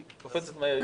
היא קופצת מהר,